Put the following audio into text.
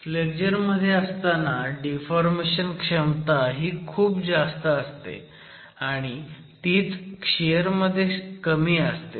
flexure मध्ये असताना deformation क्षमता ही खूप जास्त असते आणि तीच शियर मध्ये कमी असते